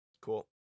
Cool